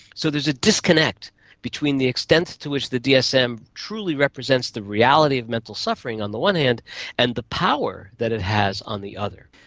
so there's a disconnect between the extent to which the dsm truly represents the reality of mental suffering on the one hand and the power that it has on the other.